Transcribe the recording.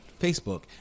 Facebook